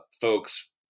folks